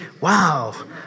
Wow